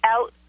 out